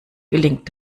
gelingt